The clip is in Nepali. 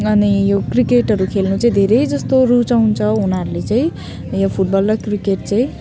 अनि यो क्रिकेटहरू खेल्नु चाहिँ धेरै जस्तो रुचाउँछ उनीहरूले चाहिँ यो फुटबल र क्रिकेट चाहिँ